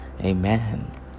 Amen